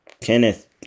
Kenneth